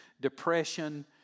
depression